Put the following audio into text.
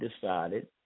decided